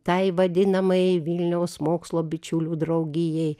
tai vadinamai vilniaus mokslo bičiulių draugijai